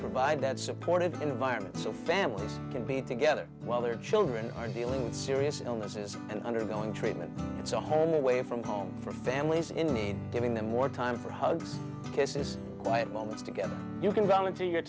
provide that supportive environment so families can be together while their children are dealing with serious illnesses and undergoing treatment it's a home away from home for families in need giving them more time for hugs kisses quiet moments together you can volunteer